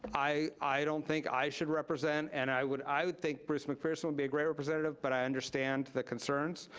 i i don't think i should represent, and i would i would think bruce mcpherson would be a great representative, but i understand the concerns,